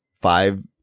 five